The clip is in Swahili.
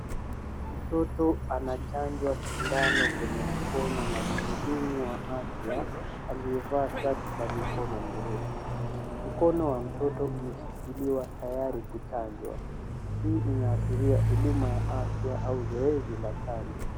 Mtoto anachanjwa sindano kwenye mkono na mhudumu wa afya, aliyevaa shati la mikono mirefu. Mkono wa mtoto umeshikiliwa tayari kuchanjwa. Hii inaashiria huduma ya afya au zoezi la chanjo.